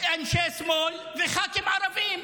אנשי שמאל וח"כים ערבים,